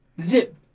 Zip